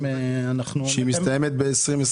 שמסתיימת ב-2021.